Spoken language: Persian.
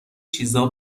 چیزا